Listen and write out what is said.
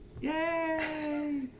Yay